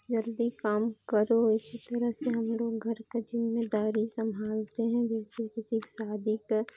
जल्दी काम करो इसी तरह से हम लोग घर की ज़िम्मेदारी संभालते हैं जैसे किसी की शादी की